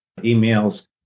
emails